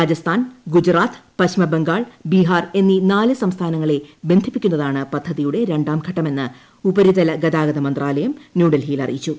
രാജസ്ഥാൻ ഗുജറാത്ത് പശ്ചിമബംഗാൾ ബീഹാർ എന്നീ നാല് സംസ്ഥാനങ്ങളെ ബന്ധിപ്പിക്കുന്നതാണ് പദ്ധതിയുടെ രണ്ടാംഘട്ടമെന്ന് ഉപരിതല ഗതാഗത മന്ത്രാലയം ന്യൂഡൽഹിയിൽ അറിയിച്ചു